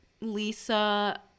Lisa